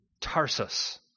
Tarsus